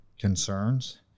concerns